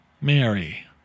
Mary